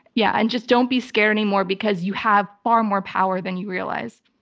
yeah and just don't be scared anymore because you have far more power than you realize.